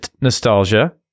nostalgia